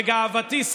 לגאוותי,